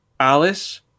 Alice